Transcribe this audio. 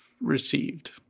received